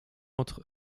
entre